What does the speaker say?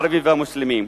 הערבים והמוסלמים.